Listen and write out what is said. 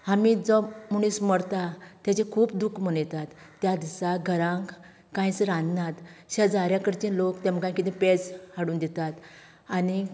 आमी जो मनीस मरता तेजे खूब दूख मनयतात त्या दिसा घरांक कांयच रांदनात शेजाऱ्या कडचे लोक तेंमकां कितें पेज हाडून दितात आनीक